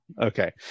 Okay